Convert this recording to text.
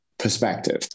Perspective